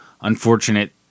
unfortunate